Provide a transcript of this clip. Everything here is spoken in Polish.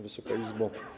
Wysoka Izbo!